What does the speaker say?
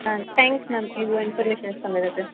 ஆ thanks ma'am இவ்வளோ information சொன்னதுக்கு